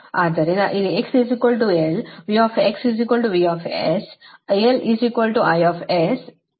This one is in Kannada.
ಆದ್ದರಿಂದ ಇಲ್ಲಿ x l V VS I IS ಆಗ ಈ ಸಮೀಕರಣವನ್ನು ಬರೆಯುತ್ತೇವೆ